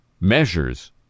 measures